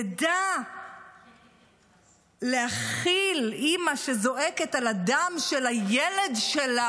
תדע להכיל אימא שזועקת על הדם של הילד שלה